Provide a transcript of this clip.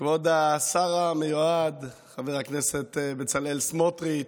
כבוד השר המיועד חבר הכנסת בצלאל סמוטריץ',